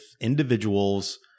individuals